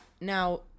Now